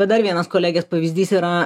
dar vienas kolegės pavyzdys yra